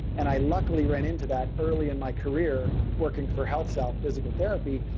and i luckily ran into that early in my career working for health self physical therapy,